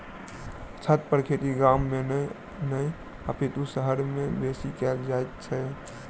छतपर खेती गाम मे नहि अपितु शहर मे बेसी कयल जाइत छै